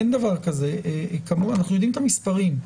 אנחנו יודעים את המספרים.